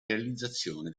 realizzazione